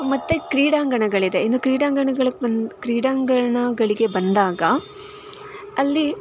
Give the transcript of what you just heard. ಮತ್ತು ಕ್ರೀಡಾಂಗಣಗಳಿದೆ ಇನ್ನು ಕ್ರೀಡಾಂಗಣಗಳಿಗೆ ಬಂದು ಕ್ರೀಡಾಂಗಣಗಳಿಗೆ ಬಂದಾಗ ಅಲ್ಲಿ